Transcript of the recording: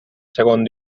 segon